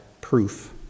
proof